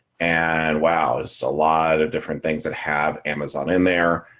and wow, it's a lot of different things that have amazon in there.